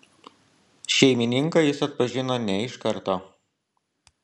šeimininką jis atpažino ne iš karto